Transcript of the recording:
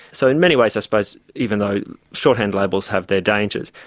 so in many ways i suppose even though shorthand labels have their dangers,